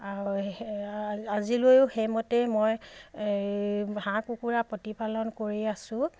আৰু আজিলৈও সেইমতে মই এই হাঁহ কুকুৰা প্ৰতিপালন কৰি আছো